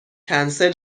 کنسل